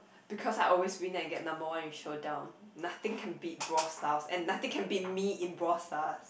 because I always win and get number one with showdown nothing can beat Brawl Stars and nothing can beat me in Brawl Stars